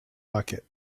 bucket